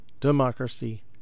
democracy